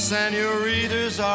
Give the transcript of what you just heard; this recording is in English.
Senoritas